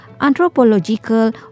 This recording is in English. anthropological